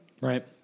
Right